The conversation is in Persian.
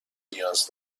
نیاز